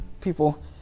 people